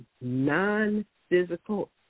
non-physical